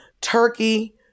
turkey